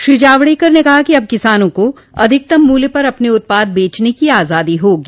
श्री जावड़ेकर ने कहा कि अब किसानों को अधिकतम मूल्य पर अपने उत्पाद बेचने की आजादी होगी